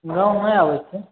गाँवमे नहि आबैत छियै